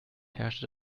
herrschte